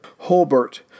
Holbert